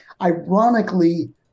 Ironically